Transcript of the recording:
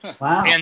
Wow